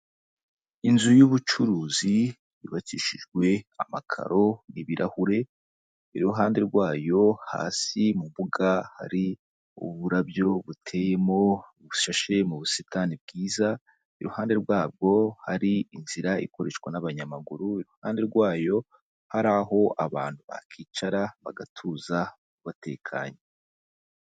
Inzu y'ubucuruzi yubakishijwe amakaro n'ibirahure, iruhande rwayo hasi mu mbuga hari uburabyo buteyemo bushashe mu busitani bwiza, iruhande rwabwo hari inzira ikoreshwa n'abanyamaguru, iruhande rwayo hari aho abantu bakicara bagatuza batekanye.